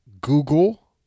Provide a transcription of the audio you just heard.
Google